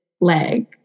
leg